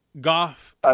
Goff